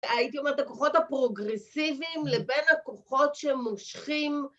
הייתי אומרת, הכוחות הפרוגרסיביים לבין הכוחות שמושכים...